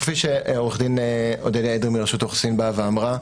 כפי שעו"ד אודליה אדרי מרשות האוכלוסין אמרה,